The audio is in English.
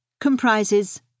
comprises